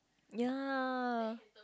ya